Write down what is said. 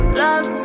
love